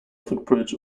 footbridge